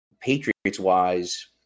Patriots-wise